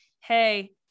Hey